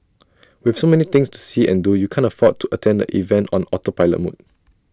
with so many things to see and do you can't afford to attend the event on autopilot mode